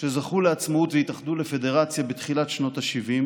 שזכו לעצמאות והתאחדו לפדרציה בתחילת שנות השבעים